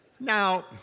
Now